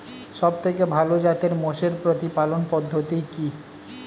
সবথেকে ভালো জাতের মোষের প্রতিপালন পদ্ধতি কি?